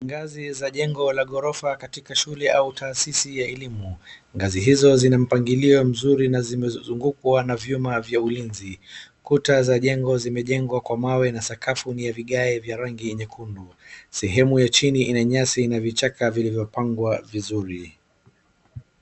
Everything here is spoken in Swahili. Ngazi za jengo la ghorofa katika shule au tahasisi ya elimu. Ngazi hizo zina mpangilio mzuri na zimezungukwa na vyuma vya ulinzi. Kuta za jengo zimejegwa kwa mawe na sakafu ni ya vigae vya rangi nyekundu. Sehemu ya chini ina nyasi na vichaka vilivyopangwa vizuri.